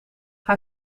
hij